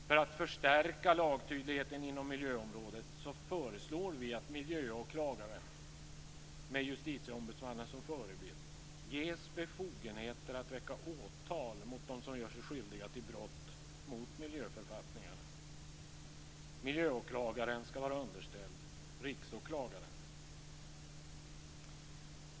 För att förstärka lagtydligheten inom miljöområdet föreslår vi att miljöåklagaren - med justitieombudsmannen som förebild - ges befogenheter att väcka åtal mot dem som gör sig skyldiga till brott mot miljöförfattningarna. Miljöåklagaren skall vara underställd Riksåklagaren.